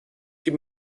sie